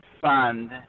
fund